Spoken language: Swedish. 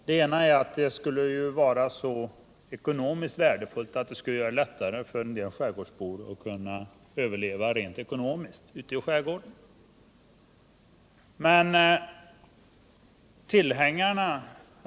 Ett argument är att den här jakten skulle vara ekonomiskt värdefull och göra det lättare för en del skärgårdsbor att överleva i skärgården rent ekonomiskt.